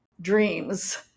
dreams